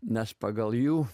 nes pagal jų